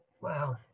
Wow